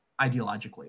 ideologically